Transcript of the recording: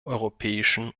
europäischen